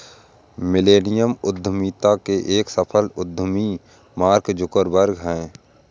millennial उद्यमिता के एक सफल उद्यमी मार्क जुकरबर्ग हैं